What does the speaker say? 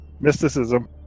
Mysticism